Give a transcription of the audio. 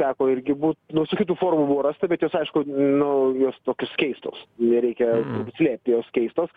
teko irgi būt nu visokių tų formų buvo rasta bet jos aišku nu jos tokios keistos nereikia slėpti jos keistos